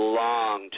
long